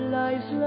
lives